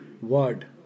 word